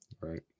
Right